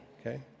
Okay